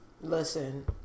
listen